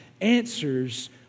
answers